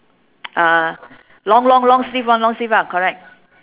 uh long long long sleeve [one] long sleeve lah correct